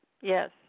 yes